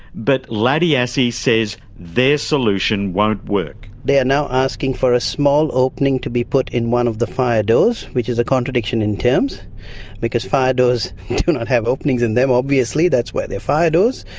but laddie assey says their solution won't work. they are now asking for a small opening to be put in one of the fire doors, which is a contradiction in terms because fire doors do not have openings in them, obviously that's why they're fire doors.